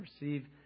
receive